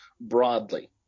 broadly